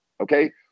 okay